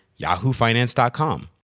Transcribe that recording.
yahoofinance.com